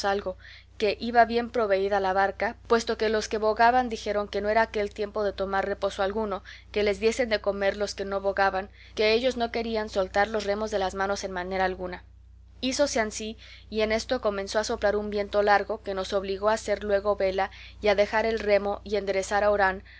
que iba bien proveída la barca puesto que los que bogaban dijeron que no era aquél tiempo de tomar reposo alguno que les diesen de comer los que no bogaban que ellos no querían soltar los remos de las manos en manera alguna hízose ansí y en esto comenzó a soplar un viento largo que nos obligó a hacer luego vela y a dejar el remo y enderezar a orán